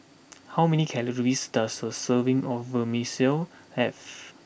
how many calories does a serving of Vermicelli have